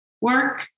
work